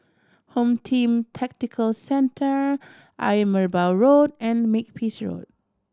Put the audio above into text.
Home Team Tactical Centre Ayer Merbau Road and Makepeace Road